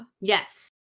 Yes